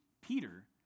Peter